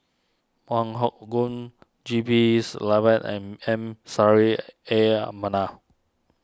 Wong Hock Goon G B Selvam and M Saffri A Manaf